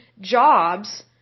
jobs